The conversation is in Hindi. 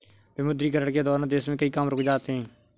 विमुद्रीकरण के दौरान देश में कई काम रुक से जाते हैं